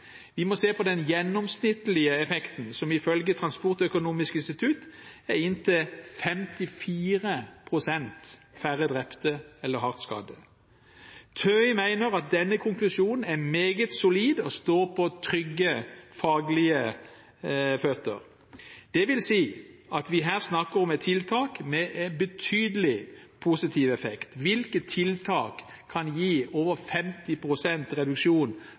Vi må se på den gjennomsnittlige effekten, som ifølge Transportøkonomisk institutt er inntil 54 pst. færre drepte eller hardt skadde. TØI mener at denne konklusjonen er meget solid og står på trygg faglig grunn. Det vil si at vi her snakker om et tiltak med en betydelig positiv effekt. Hvilke tiltak kan gi over 50 pst. reduksjon